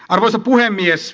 arvoisa puhemies